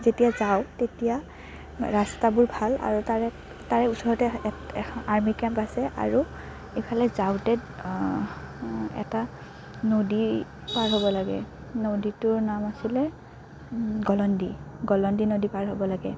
যেতিয়া যাওঁ তেতিয়া ৰাস্তাবোৰ ভাল আৰু তাৰে তাৰে ওচৰতে এ আৰ্মি কেম্প আছে আৰু ইফালে যাওঁতে এটা নদী পাৰ হ'ব লাগে নদীটোৰ নাম আছিলে গলন্দী গলন্দী নদী পাৰ হ'ব লাগে